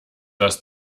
das